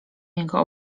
niego